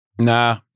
Nah